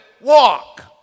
walk